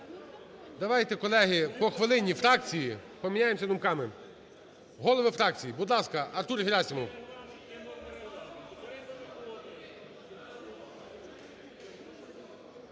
Давайте, колеги, по хвилині – фракції, обміняємося думками. Голови фракцій. Будь ласка, Артур Герасимов.